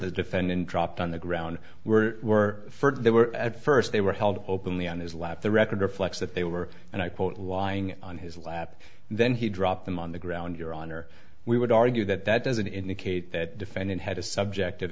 the defendant dropped on the ground were were they were at first they were held openly on his lap the record reflects that they were and i quote lying on his lap then he dropped them on the ground your honor we would argue that that doesn't indicate that defendant had a subjective